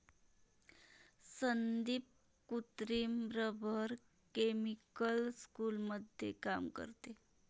संदीप कृत्रिम rubber chemical स्कूलमध्ये काम करते